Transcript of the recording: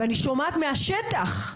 ואני שומעת מהשטח,